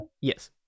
Yes